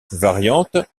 variante